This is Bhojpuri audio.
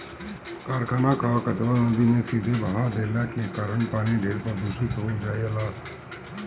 कारखाना कअ कचरा नदी में सीधे बहा देले के कारण पानी ढेर प्रदूषित हो जाला